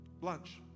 lunch